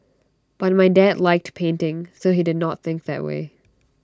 but my dad liked painting so he did not think that way